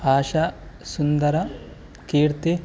ಆಶಾ Sundara ಕೀರ್ತಿ